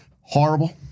horrible